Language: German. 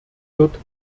wird